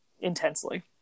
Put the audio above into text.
intensely